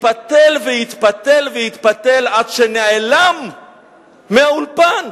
התפתל והתפתל והתפתל עד שנעלם מהאולפן,